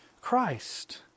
christ